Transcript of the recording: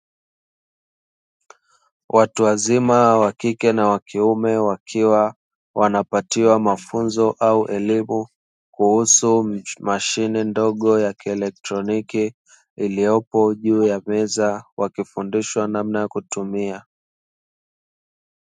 Watu wazima wakike na wa kiume wakiwa wanapatiwa mafunzo au elimu kuhusu mashine ndogo ya kielektroniki, iliyopo juu ya meza wakifundishwa namna ya kutumia.